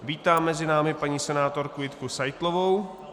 Vítám mezi námi paní senátorku Jitku Seitlovou.